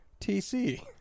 TC